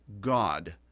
God